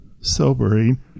sobering